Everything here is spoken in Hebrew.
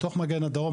בתוך מגן הדרום,